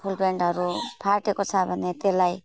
फुलप्यान्टहरू फाटेको छ भने त्यसलाई